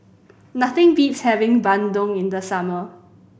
nothing beats having bandung in the summer